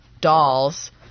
dolls